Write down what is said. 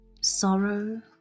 Sorrow